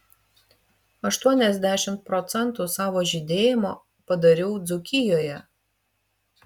aštuoniasdešimt procentų savo žydėjimo padariau dzūkijoje